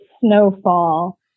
snowfall